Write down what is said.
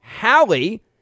Hallie